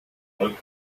mult